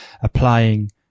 applying